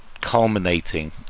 culminating